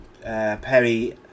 Perry